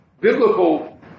biblical